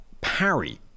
parry